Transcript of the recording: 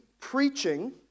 preaching